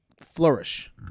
flourish